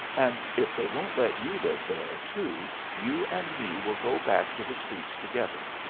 and if they won't let you live there, too, you and me will go back to the streets together,